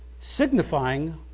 signifying